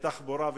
תחבורה ותשתיות.